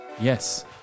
yes